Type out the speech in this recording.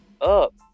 up